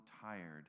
tired